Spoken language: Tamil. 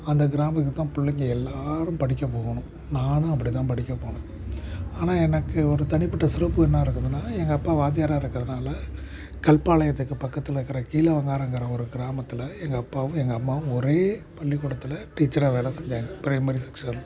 அந்த கிராமத்துக்குத்தான் பிள்ளைங்க எல்லாேரும் படிக்க போகணும் நானும் அப்படிதான் படிக்கப் போனேன் ஆனால் எனக்கு ஒரு தனிப்பட்ட சிறப்பு என்ன இருக்குதுனால் எங்கள் அப்பா வாத்தியாராக இருக்கிறதுனால கல்பாளையத்துக்கு பக்கத்தில் இருக்கிற கீழவெங்காரங்கிற ஒரு கிராமத்தில் எங்கள் அப்பாவும் எங்கள் அம்மாவும் ஒரே பள்ளிக்கூடத்தில் டீச்சராக வேலை செஞ்சாங்க பிரைமரி செக்ஸன்